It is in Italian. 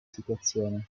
situazione